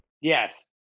Yes